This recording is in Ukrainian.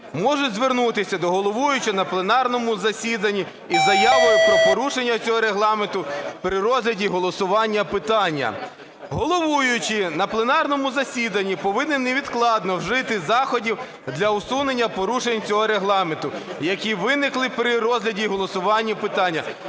можуть звернутися до головуючого на пленарному засіданні із заявою про порушення цього Регламенту при розгляді і голосуванні питання. Головуючий на пленарному засіданні повинен невідкладно вжити заходів для усунення порушень цього Регламенту, які виникли при розгляді і голосуванні питання,